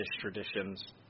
traditions